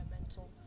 mental